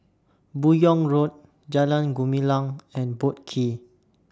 Buyong Road Jalan Gumilang and Boat Quay